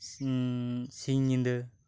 ᱥᱤᱧ ᱧᱤᱫᱟᱹ